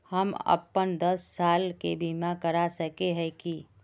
हम अपन दस साल के बीमा करा सके है की?